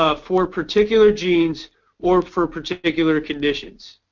ah for particular genes or for particular conditions.